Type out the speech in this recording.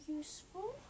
useful